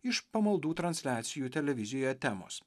iš pamaldų transliacijų televizijoje temos